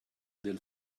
del